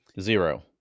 Zero